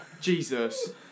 Jesus